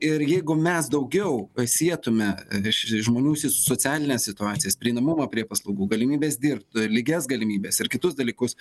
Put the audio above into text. ir jeigu mes daugiau pa sietume iš žmonių sis socialines situacijas prieinamumą prie paslaugų galimybes dirbt lygias galimybes ir kitus dalykus